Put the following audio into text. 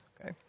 okay